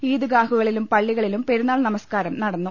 ഈദ്ഗാഹുകളിലും പള്ളികളിലും പെരുന്നാൾ നമസ്കാരം നടന്നു